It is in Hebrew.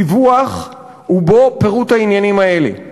דיווח ובו פירוט העניינים האלה: